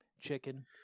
chicken